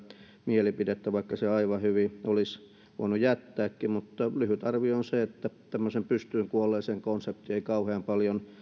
mielipidettä vaikka sen aivan hyvin olisi voinut jättääkin mutta lyhyt arvio on se että tämmöiseen pystyyn kuolleeseen konseptiin ei kauhean paljon